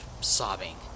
sobbing